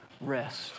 rest